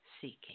seeking